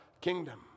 kingdom